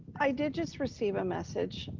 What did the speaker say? i did just receive a message